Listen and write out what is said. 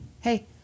hey